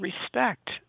respect